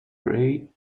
bray